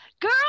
Girl